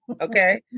okay